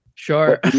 Sure